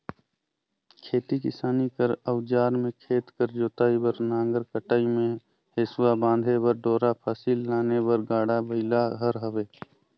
खेती किसानी कर अउजार मे खेत कर जोतई बर नांगर, कटई मे हेसुवा, बांधे बर डोरा, फसिल लाने बर गाड़ा बइला हर हवे